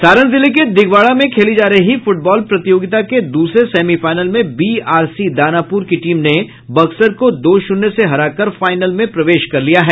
सारण जिले के दिघवारा में खेली जा रही फुटबॉल प्रतियोगिता के दूसरे सेमीफाइनल में बीआरसी दानापुर की टीम ने बक्सर को दो शून्य से हराकर फाइनल में प्रवेश कर लिया है